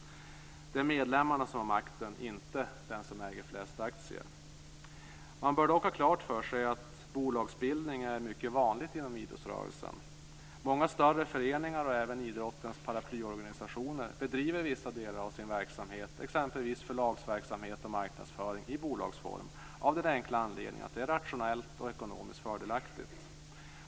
Det är medlemmarna som har makten, inte den som äger flest aktier. Man bör dock ha klart för sig att bolagsbildning är mycket vanligt inom idrottsrörelsen. Många större föreningar och även idrottens paraplyorganisationer bedriver vissa delar av sin verksamhet, exempelvis förlagsverksamhet och marknadsföring, i bolagsform av den enkla anledningen att det är rationellt och ekonomiskt fördelaktigt.